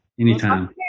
Anytime